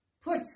put